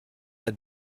had